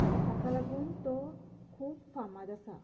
आनी ताका लागून तो खूब फामाद आसा